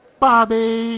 Bobby